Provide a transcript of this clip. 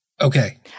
Okay